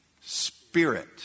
spirit